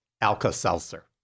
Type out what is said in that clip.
Alka-Seltzer